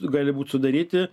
gali būt sudaryti